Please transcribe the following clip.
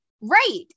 Right